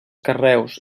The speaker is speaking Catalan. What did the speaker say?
carreus